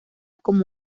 como